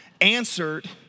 answered